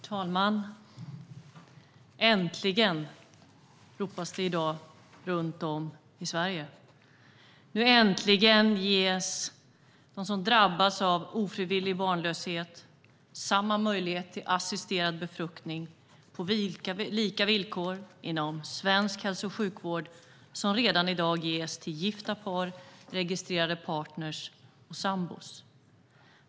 Herr talman! Äntligen! ropas det i dag runt om i Sverige. Nu äntligen ges de som drabbas av ofrivillig barnlöshet samma möjlighet till assisterad befruktning på lika villkor inom svensk hälso och sjukvård som redan i dag ges till gifta par, registrerade partner och sambor.